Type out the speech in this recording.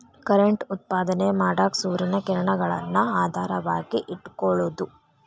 current ಉತ್ಪಾದನೆ ಮಾಡಾಕ ಸೂರ್ಯನ ಕಿರಣಗಳನ್ನ ಆಧಾರವಾಗಿ ಇಟಕೊಳುದು